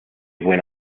buen